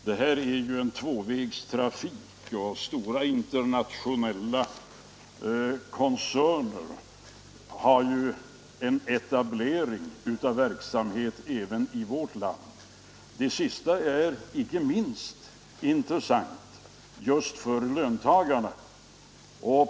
Det är här fråga om en tvåvägstrafik, och stora internationella koncerner har ju en etablerad verksamhet även i vårt land där det blir fråga om valutainförsel. Det sistnämnda är intressant inte minst för löntagarna.